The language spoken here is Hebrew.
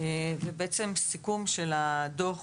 לסיכום הדוח.